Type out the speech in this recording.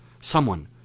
Someone